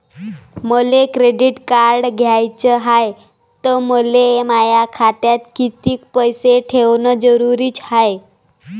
मले credit card घ्याचं हाय, त मले माया खात्यात कितीक पैसे ठेवणं जरुरीच हाय?